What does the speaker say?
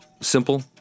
simple